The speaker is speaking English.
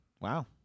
Wow